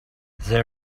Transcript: they